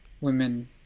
women